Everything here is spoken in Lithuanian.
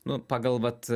nu pagal vat